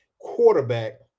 quarterback